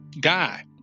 guy